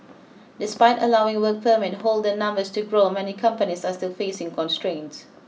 despite allowing work permit holder numbers to grow many companies are still facing constraints